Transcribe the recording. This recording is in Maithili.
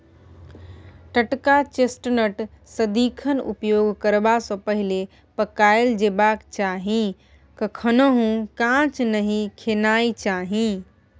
टटका चेस्टनट सदिखन उपयोग करबा सँ पहिले पकाएल जेबाक चाही कखनहुँ कांच नहि खेनाइ चाही